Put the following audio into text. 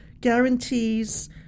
guarantees